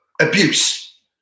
abuse